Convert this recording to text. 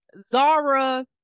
zara